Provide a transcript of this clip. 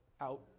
Out